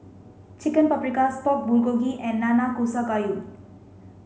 Chicken Paprikas Pork Bulgogi and Nanakusa gayu